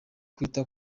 kwita